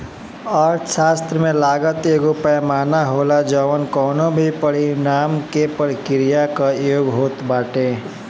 अर्थशास्त्र में लागत एगो पैमाना होला जवन कवनो भी परिणाम के प्रक्रिया कअ योग होत बाटे